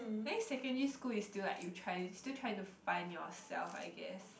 I think secondary school is still like you try still try to find yourself I guess